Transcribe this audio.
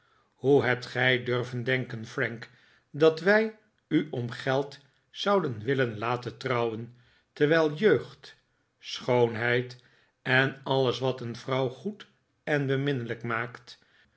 hoe hebt gij durven denken frank dat wij u om geld zouden willen laten trouwen terwijl jeugd schoonheid en alles wat een vrouw goed en beminnelijk maakt